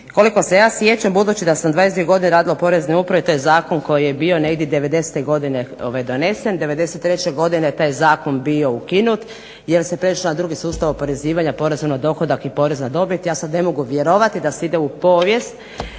Koliko se ja sjećam, budući da sam 22 godine radila u Poreznoj upravi to je zakon koji je bio negdje 90-godine donesen. '93. godine taj zakon je bio ukinut jer se prešlo na drugi sustav oporezivanja poreza na dohodak i poreza na dobit. Ja sad ne mogu vjerovati da se ide u povijest